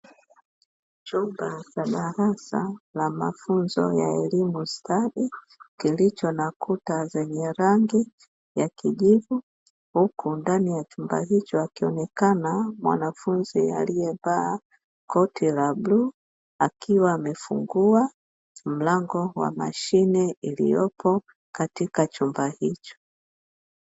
Chumba cha darasa la elimu ya stadi kilicho na Kuta zenye rangi ya kijivu, huku ndani ya chumba hicho akionekana mwanafunzi aliyevaa koti la bluu akiwa amefungua mlango wa mashine iliyopo katika chumba hicho.